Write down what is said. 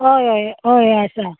होय होय होय आसा